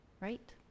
right